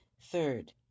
Third